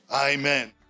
amen